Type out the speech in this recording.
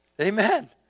Amen